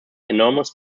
enormous